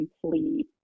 complete